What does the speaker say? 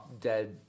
dead